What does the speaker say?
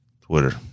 Twitter